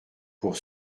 pour